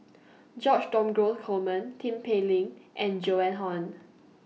George Dromgold Coleman Tin Pei Ling and Joan Hon